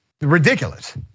ridiculous